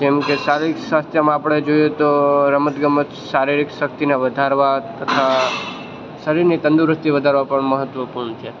જેમકે શારીરિક સ્વાસ્થ્યમાં આપણે જોઈએ તો રમતગમત શારીરિક શક્તિને વધારવા તથા શરીરની તંદુરસ્તી વધારવા પર મહત્ત્વપૂર્ણ છે